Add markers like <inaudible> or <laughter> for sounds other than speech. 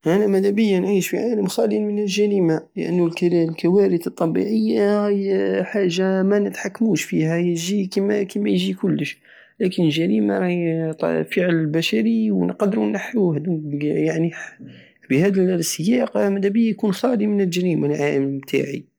انا مادابية نعيش في عالم خالي من الجريمة لانو الكوارت الطبيعية هاي حاجة منتحكموش فيها يجي كيما يجي كلش لكن الجريمة راهي فعل بشري نقدرو نحوه <hesitation> يعني- بهاد السياق مدبية يكون خال من الجريمة العالم تاعي